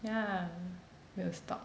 yeah will stock